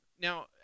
Now